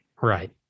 Right